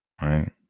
Right